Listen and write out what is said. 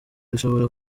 rishobora